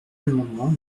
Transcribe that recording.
amendement